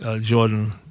Jordan